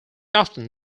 often